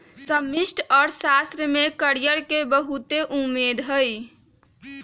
समष्टि अर्थशास्त्र में कैरियर के बहुते उम्मेद हइ